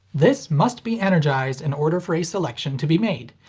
this must be energized in order for a selection to be made.